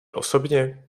osobně